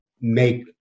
make